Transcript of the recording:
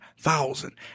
thousand